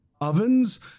ovens